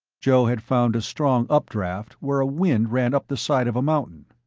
joe had found a strong updraft where a wind ran up the side of a mountain.